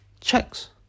checks